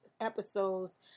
episodes